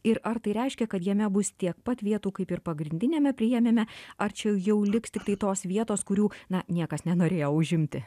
ir ar tai reiškia kad jame bus tiek pat vietų kaip ir pagrindiniame priėmime ar čia jau liks tiktai tos vietos kurių na niekas nenorėjo užimti